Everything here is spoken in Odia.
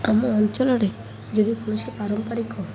ଆମ ଅଞ୍ଚଳରେ ଯଦି କୌଣସି ପାରମ୍ପାରିକ